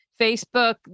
Facebook